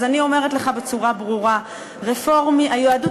אז אני אומרת לך בצורה ברורה: היהדות